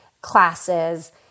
classes